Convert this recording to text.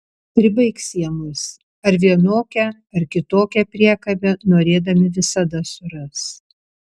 pribaigs jie mus ar vienokią ar kitokią priekabę norėdami visada suras